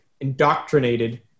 indoctrinated